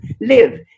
live